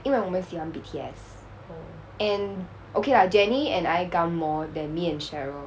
因为我们喜欢 wo men xi huan B_T_S and okay lah jenny and I gum more than me and cheryl